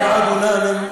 144 דונמים,